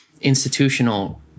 institutional